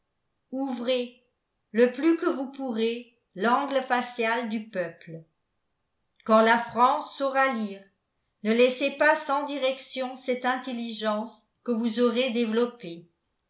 ouvrez le plus que vous pourrez l'angle facial du peuple quand la france saura lire ne laissez pas sans direction cette intelligence que vous aurez développée